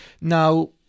Now